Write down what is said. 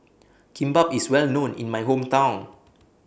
Kimbap IS Well known in My Hometown